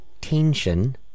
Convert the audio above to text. Tension